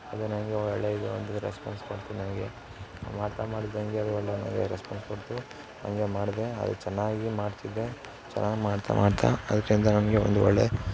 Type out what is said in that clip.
ಅದು ನನಗೆ ಒಳ್ಳೆ ಇದು ಒಂದು ರೆಸ್ಪಾನ್ಸ್ ಬಂತು ನನಗೆ ಮಾಡ್ತಾ ಮಾಡ್ತಾ ಹೀಗೆ ಅದು ಒಳ್ಳೆ ನನಗೆ ರೆಸ್ಪಾನ್ಸ್ ಬಂತು ಹಾಗೆ ಮಾಡಿದೆ ಅದು ಚೆನ್ನಾಗಿ ಮಾಡ್ತಿದ್ದೆ ಚೆನ್ನಾಗಿ ಮಾಡ್ತಾ ಮಾಡ್ತಾ ಅದಕ್ಕಿಂತ ನನಗೆ ಒಂದು ಒಳ್ಳೆ